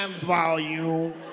volume